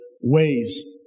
ways